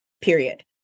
Period